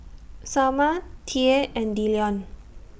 Salma Tye and Dillion